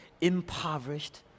impoverished